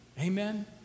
Amen